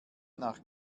nach